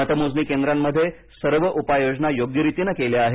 मतमोजणी केंद्रांमध्ये सर्व उपाय योजना योग्यरीतीने केल्या आहेत